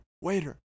Waiter